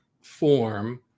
form